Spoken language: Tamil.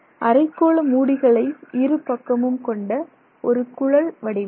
அரைக்கோள மூடிகளை இருபக்கமும் கொண்ட ஒரு குழல் வடிவம்